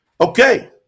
Okay